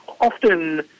often